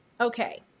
Okay